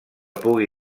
pugui